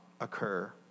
occur